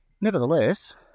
nevertheless